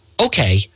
Okay